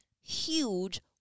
huge